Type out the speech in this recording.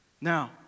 Now